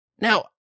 Now